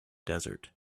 desert